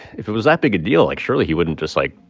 if it was that big a deal, like, surely he wouldn't just, like,